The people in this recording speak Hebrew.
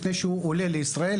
לפני שהוא עולה לישראל,